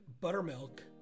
buttermilk